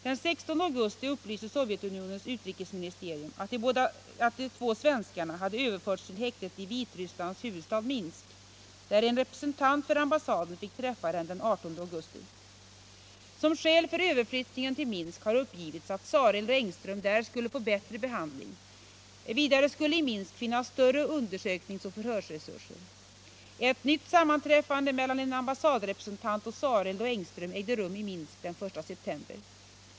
Den 16 augusti upplyste Sovjetunionens utrikesministerium att de två svenskarna hade överförts till häktet i Vitrysslands huvudstad Minsk, där en representant för ambassaden fick träffa dem den 18 augusti. Som skäl för överflyttningen till Minsk har uppgivits att Sareld och Engström där skulle få bättre behandling. Vidare skulle i Minsk finnas större undersökningsoch förhörsresurser. Ett nytt sammanträffande mellan en ambassadrepresentant och Sareld och Engström ägde rum i Minsk den I september.